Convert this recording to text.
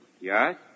Yes